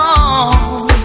on